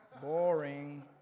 Boring